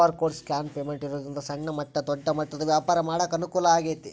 QR code scan payment ಇರೋದ್ರಿಂದ ಸಣ್ಣ ಮಟ್ಟ ದೊಡ್ಡ ಮೊತ್ತದ ವ್ಯಾಪಾರ ಮಾಡಾಕ ಅನುಕೂಲ ಆಗೈತಿ